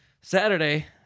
Saturday